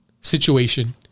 situation